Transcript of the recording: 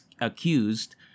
accused